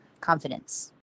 confidence